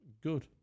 Good